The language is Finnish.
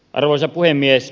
arvoisa puhemies